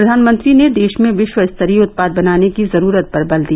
प्रधानमंत्री ने देश में विश्वस्तरीय उत्पाद बनाने की जरूरत पर बल दिया